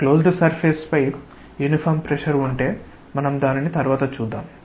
closed surface పై uniform pressure ఉంటే మనం దానిని తరువాత చూద్దాం